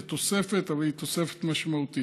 זו תוספת, אבל היא תוספת משמעותית.